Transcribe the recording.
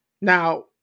Now